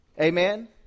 Amen